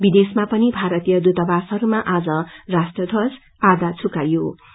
विदेशमा पनि भारतीय दूतावासहरूमा आज राष्ट्र ध्वज झुकाइनेछ